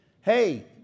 hey